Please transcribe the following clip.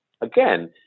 again